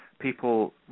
People